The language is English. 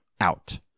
out